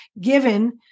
given